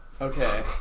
Okay